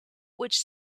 which